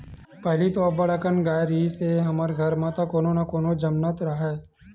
पहिली तो अब्बड़ अकन गाय रिहिस हे हमर घर म त कोनो न कोनो ह जमनतेच राहय